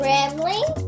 Rambling